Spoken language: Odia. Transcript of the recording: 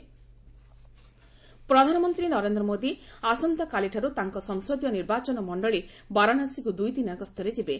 ପିଏମ୍ ବାରାଣାସୀ ପ୍ରଧାନମନ୍ତ୍ରୀ ନରେନ୍ଦ୍ର ମୋଦି ଆସନ୍ତାକାଲିଠାରୁ ତାଙ୍କ ସଂସଦୀୟ ନିର୍ବାଚନ ମଣ୍ଡଳୀ ବାରାଣାସୀକୁ ଦୁଇଦିନିଆ ଗସ୍ତରେ ଯିବେ